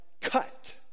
cut